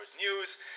news